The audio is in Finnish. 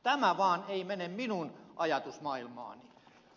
tämä vaan ei mene minun ajatusmaailmaani